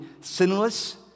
sinless